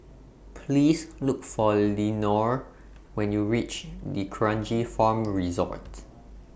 Please Look For Lenore when YOU REACH D'Kranji Farm Resort